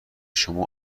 شما